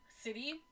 city